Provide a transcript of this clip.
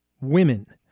women